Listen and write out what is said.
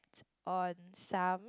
on some